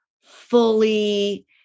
fully